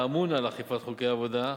האמון על אכיפת חוקי העבודה,